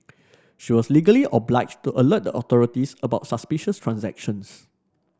she was legally obliged to alert the authorities about suspicious transactions